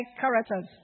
characters